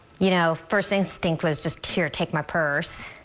you know first instinct was just care take my purse.